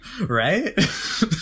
Right